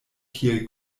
tiel